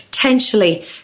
potentially